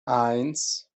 eins